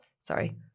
sorry